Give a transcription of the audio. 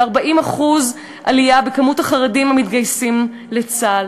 ו-40% עלייה במספר החרדים המתגייסים לצה"ל.